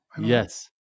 Yes